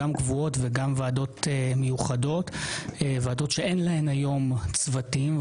גם קבועות וגם ועדות מיוחדות שאין להן היום צוותים.